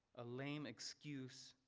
a lame excuse,